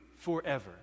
forever